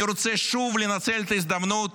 אני רוצה שוב לנצל את ההזדמנות